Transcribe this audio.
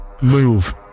move